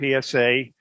PSA